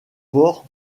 port